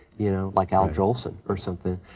you know, like al jolson or something.